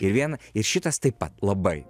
ir vien ir šitas taip pat labai